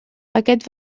aquest